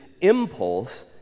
impulse